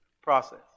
process